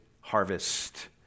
harvest